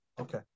okay